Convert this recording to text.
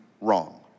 wrong